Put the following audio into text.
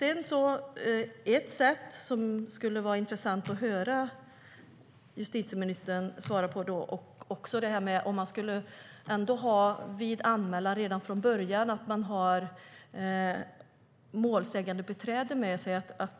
Ett sätt som skulle vara intressant att höra justitieministern tala om är att man vid anmälan har ett målsägandebiträde med sig ända från början.